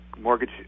mortgage